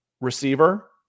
receiver